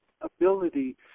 ability